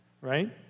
right